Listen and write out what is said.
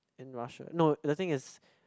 in Russia no the thing is